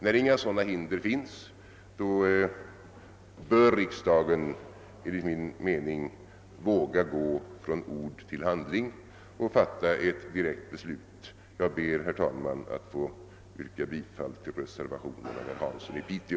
När inga sådana hinder finns anser jag att riksdagen bör våga gå från ord till handling och fatta ett direkt beslut. Jag ber, herr talman, att få yrka bifall till reservationen av herr Hansson i Piteå.